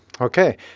Okay